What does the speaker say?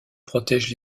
protège